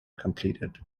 completed